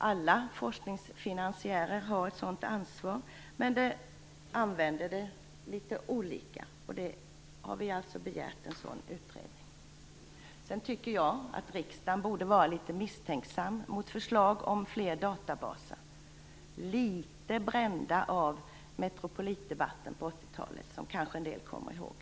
Alla forskningsfinansiärer har ett sådant ansvar, men använder det litet olika. Folkpartiet har nu begärt en sådan utredning. Jag tycker att riksdagen borde vara litet misstänksam mot förslag om fler databaser. Den borde vara litet bränd av Metropolitdebatten på 80-talet, som en del kanske kommer i håg.